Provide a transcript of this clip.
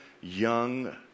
young